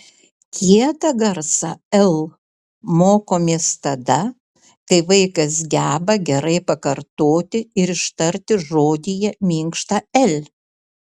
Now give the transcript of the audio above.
kietą garsą l mokomės tada kai vaikas geba gerai pakartoti ir ištarti žodyje minkštą l